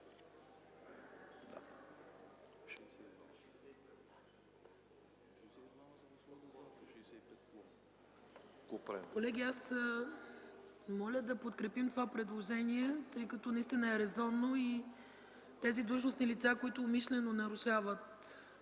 Колеги, моля да подкрепим това предложение, тъй като наистина е резонно. Тези длъжностни лица, които умишлено нарушават